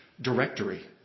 directory